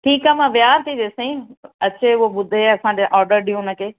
ठीकु आहे मां विहा थी जेसताईं अचे उहो ॿुधे असांजो ऑडर ॾियूं हुनखे